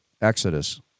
Exodus